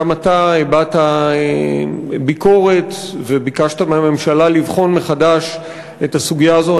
שגם אתה הבעת ביקורת וביקשת מהממשלה לבחון מחדש את הסוגיה הזאת.